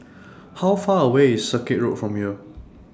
How Far away IS Circuit Road from here